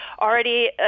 already